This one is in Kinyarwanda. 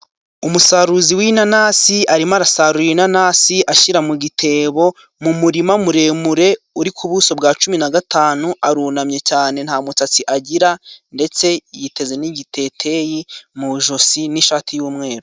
Umusaruzi w'inanasi arimo arasarura inanasi ashyira mu gitebo， mu murima muremure uri ku buso bwa cumi na gatanu， arunamye cyane nta musatsi agira， ndetse yiteze n'igiteteyi mu ijosi n'ishati y'umweru.